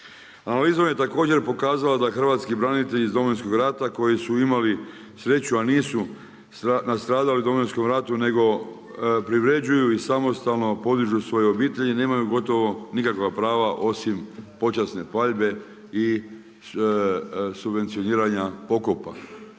Analiza je također pokazala da hrvatski branitelji iz Domovinskog rata koji su imali sreću a nisu nastradali u Domovinskom ratu nego privređuju i samostalno podižu svoje obitelji, da imaju gotovo nikakva prava osim počasne paljbe i subvencioniranja pokopa.